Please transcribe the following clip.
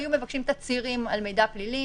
היו מבקשים תצהירים על מידע פלילי,